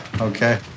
Okay